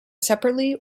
separately